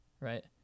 right